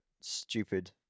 stupid